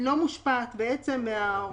היא לא מושפעת מההוראות האלה.